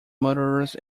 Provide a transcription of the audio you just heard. murderers